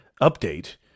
update